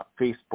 Facebook